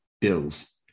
Bills